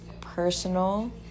personal